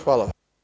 Hvala.